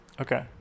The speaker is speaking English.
Okay